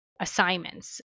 assignments